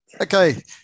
Okay